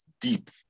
deep